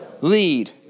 lead